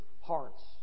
hearts